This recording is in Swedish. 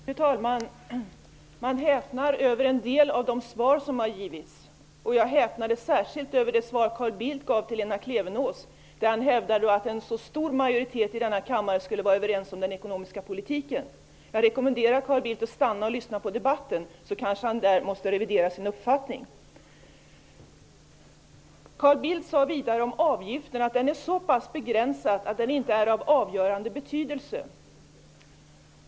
Fru talman! Man häpnar över en del av de svar som har givits. Jag häpnade särskilt över det svar som Carl Bildt gav Lena Klevenås, där han hävdar att en stor majoritet i denna kammare skulle vara överens om den ekonomiska politiken. Jag rekommenderar Carl Bildt att stanna och lyssna på debatten. Då måste han kanske revidera sin uppfattning. Carl Bildt sade vidare att avgiften är så pass begränsad att den inte är av avgörande betydelse.